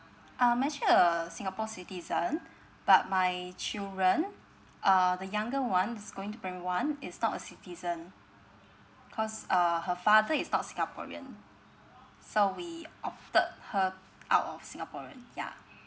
I'm actually a singapore citizen but my children uh the younger ones going to primary one is not a citizen cause uh her father is not singaporean so we opted her out of singaporean yeah